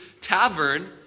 Tavern